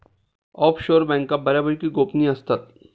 offshore बँका बऱ्यापैकी गोपनीय असतात